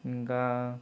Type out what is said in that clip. ఇంకా